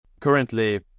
Currently